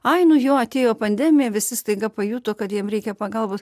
ai nu jo atėjo pandemija visi staiga pajuto kad jiems reikia pagalbos